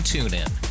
TuneIn